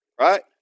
Right